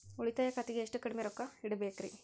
ಉಳಿತಾಯ ಖಾತೆಗೆ ಎಷ್ಟು ಕಡಿಮೆ ರೊಕ್ಕ ಇಡಬೇಕರಿ?